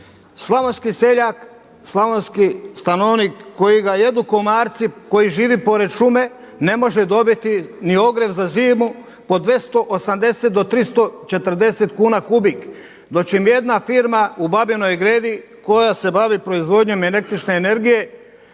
Slavonski seljak, slavonski stanovnik kojega jedu komarci, koji živi pored šume ne može dobiti ni ogrjev za zimu po 280 do 340 kuna kubik. Dočim jedna firma u Babinoj Gredi koja se bavi proizvodnjom električne energije